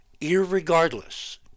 irregardless